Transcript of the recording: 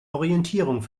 orientierung